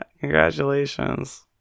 congratulations